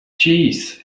jeez